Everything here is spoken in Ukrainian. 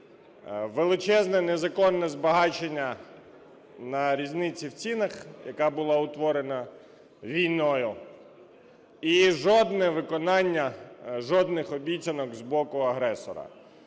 величезне незаконне збагачення на різниці в цінах, яка була утворена війною, і жодне виконання жодних обіцянок з боку агресора.